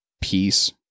peace